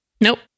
Nope